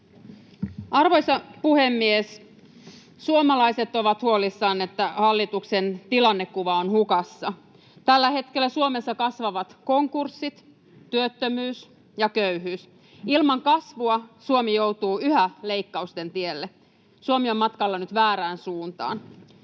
Arvoisa puhemies! Suomalaiset ovat huolissaan, että hallituksen tilannekuva on hukassa. Tällä hetkellä Suomessa kasvavat konkurssit, työttömyys ja köyhyys. Ilman kasvua Suomi joutuu yhä leikkausten tielle. Suomi on matkalla nyt väärään suuntaan.